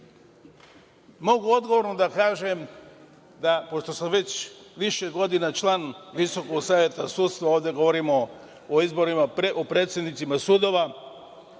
odgovorno da kažem da, pošto sam već više godina član Visokog saveta sudstva, ovde govorimo o predsednicima sudova,